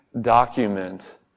document